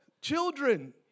children